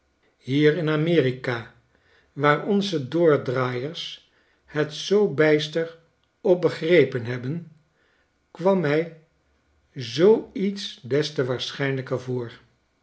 hier in amerika waar onze doordraaiers het zoo bijster op begrepen hebben kwam mij zoo iets des